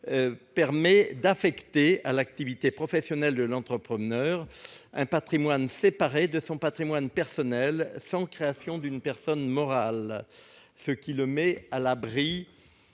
permet d'affecter à l'activité professionnelle de l'entrepreneur un patrimoine séparé de son patrimoine personnel, sans création d'une personne morale. Cela le met à l'abri